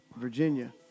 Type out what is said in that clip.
Virginia